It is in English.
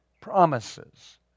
Promises